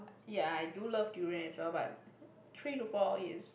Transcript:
ya I do love durian as well but three to four of it is